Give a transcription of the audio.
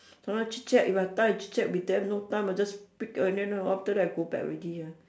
!huh! chit-chat if I have time chit-chat with them no time I just pick and then after that I go back already ah